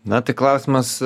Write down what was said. na tai klausimas